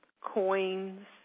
coins